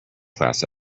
class